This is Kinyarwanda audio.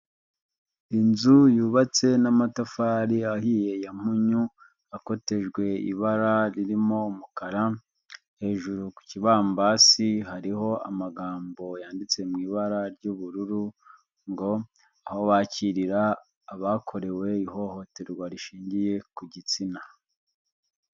Inzu yubatse n'amatafari ahiye ya mpunyu, akotejwe ibara ririmo umukara, hejuru ku kibambasi hariho amagambo yanditse mu ibara ry'ubururu, ngo "aho bakirira abakorewe ihohoterwa rishingiye ku gitsina".